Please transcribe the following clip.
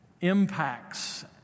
impacts